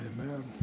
Amen